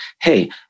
hey